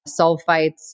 sulfites